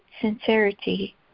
sincerity